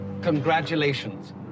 Congratulations